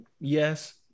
yes